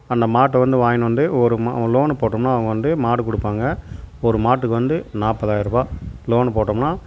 அந்த மாட்டை வந்து வாங்கின்னு வந்து ஒரு லோன்னு போட்டம்ன்னா அவங்க வந்து மாடு கொடுப்பாங்க ஒரு மாட்டுக்கு வந்து நாப்பாதாயரூபா லோன்னு போட்டம்ன்னா